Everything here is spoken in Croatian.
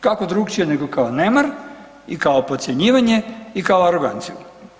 Kako drugačije nego kao nemar i kao podcjenjivanje i kao aroganciju.